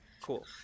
cool